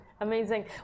Amazing